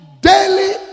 daily